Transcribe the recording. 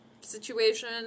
situation